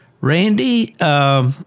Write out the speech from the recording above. Randy